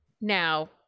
now